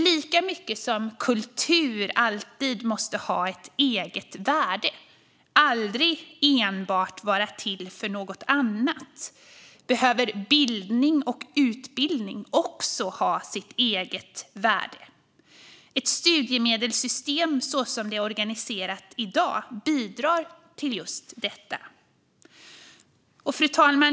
Lika mycket som kultur måste ha ett eget värde och aldrig enbart finnas till för något annat behöver bildning och utbildning ha sitt eget värde. Ett studiemedelssystem så som det är organiserat i dag bidrar till just detta. Fru talman!